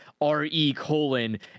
R-E-Colon